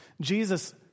Jesus